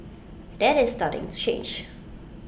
that is starting to change